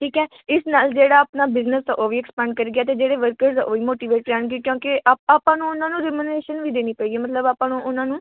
ਠੀਕ ਹੈ ਇਸ ਨਾਲ ਜਿਹੜਾ ਆਪਣਾ ਬਿਜਨਸ ਆ ਉਹ ਵੀ ਐਕਸਪੈਂਡ ਕਰ ਗਿਆ ਅਤੇ ਜਿਹੜੇ ਵਰਕਰਜ਼ ਆ ਉਹ ਵੀ ਮੋਟੀਵੇਟ ਰਹਿਣਗੇ ਕਿਉਂਕਿ ਆਪ ਆਪਾਂ ਨੂੰ ਉਹਨਾਂ ਨੂੰ ਰੀਮਨੇਸ਼ਨ ਵੀ ਦੇਣੀ ਪਏਗੀ ਮਤਲਬ ਆਪਾਂ ਨੂੰ ਉਹਨਾਂ ਨੂੰ